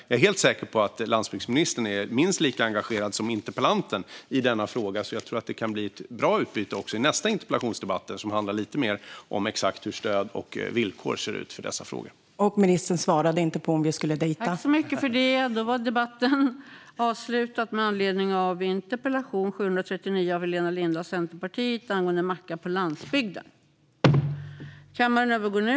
Jag är helt säker på att landsbygdsministern är minst lika engagerad som interpellanten i denna fråga, så jag tror att det kan bli ett bra utbyte också i kommande interpellationsdebatter som handlar lite mer om exakt hur stöd och villkor ser ut för dessa frågor. : Ministern svarade inte på om vi skulle träffas!)